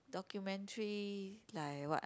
documentary like what